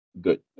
good